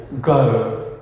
go